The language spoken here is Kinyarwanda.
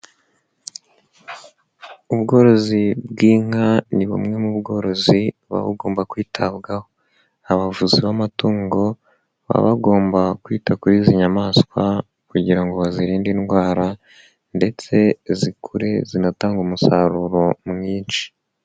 Ubworozi bw'inka ni bumwe mu bworozi buba bugomba kwitabwaho. Abavuzi b'amatungo baba bagomba kwita kuri izi nyamaswa, kugira ngo bazirinde indwara, ndetse zikure zinatanga umusaruro mwinshi.